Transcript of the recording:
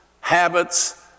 habits